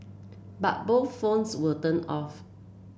but both phones were turned off